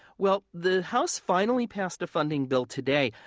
well, the house finally passed a funding bill today.